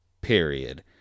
period